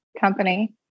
company